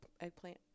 eggplant